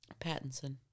Pattinson